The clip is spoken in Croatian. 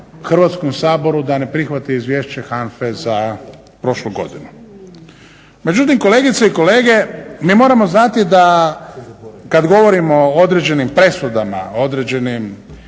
Hrvatskom saboru da ne prihvati izvješće HANFA-e za prošlu godinu. Međutim, kolegice i kolege mi moramo znati da kad govorimo o određenim presudama, određenim